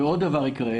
ועוד דבר יקרה,